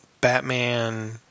Batman